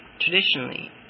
Traditionally